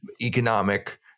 economic